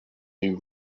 new